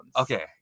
Okay